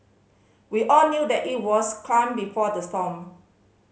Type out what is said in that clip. we all knew that it was calm before the storm